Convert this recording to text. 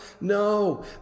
No